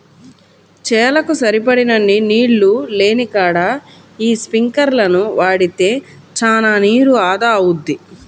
చేలకు సరిపడినన్ని నీళ్ళు లేనికాడ యీ స్పింకర్లను వాడితే చానా నీరు ఆదా అవుద్ది